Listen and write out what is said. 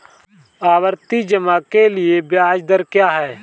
आवर्ती जमा के लिए ब्याज दर क्या है?